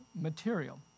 material